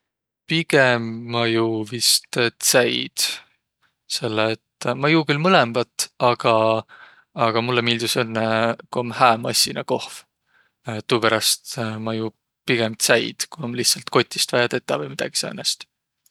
Pigem ma juu vist tsäid. Selle et ma juu külh mõlõmbat, aga, aga mullõ miildüs õnnõ, ku om hää massinakohv. Tuuperäst ma juu pigemb tsäid, ku om vaia kotist tetäq vai midägi säänest.